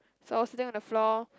so I was sitting on the floor